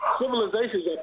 Civilizations